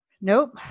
Nope